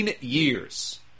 years